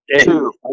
Two